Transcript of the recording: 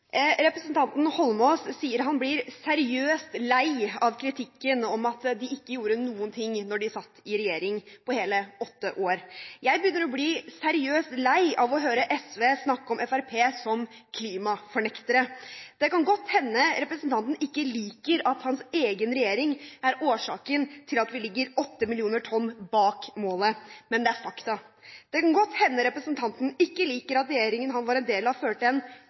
Representanten Holmås sier han blir «seriøst lei av» kritikken av at de ikke gjorde noen ting da de satt i regjering, på hele åtte år. Jeg begynner å bli seriøst lei av å høre SV snakke om Fremskrittspartiet som «klimafornektere». Det kan godt hende representanten ikke liker at hans egen regjering er årsaken til at vi ligger 8 millioner tonn bak målet. Men det er et faktum. Det kan godt hende representanten ikke liker at regjeringen han var en del av, førte en